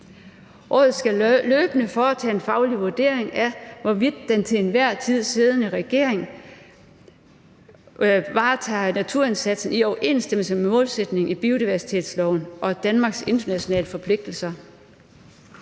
Rådet skal løbende foretage en faglig vurdering af, hvorvidt den til enhver tid siddende regering varetager naturindsatsen i overensstemmelse med målsætningen i biodiversitetsloven og Danmarks internationale forpligtelser.